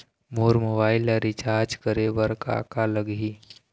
मोर mobile ला recharge करे बर का का लगही?